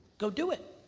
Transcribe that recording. go do it